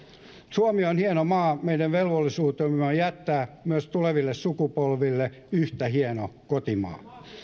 suomi on hieno maa meidän velvollisuutemme on jättää myös tuleville sukupolville yhtä hieno kotimaa